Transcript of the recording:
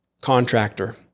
contractor